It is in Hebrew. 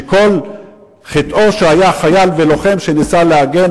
שכל חטאו שהיה חייל ולוחם שניסה להגן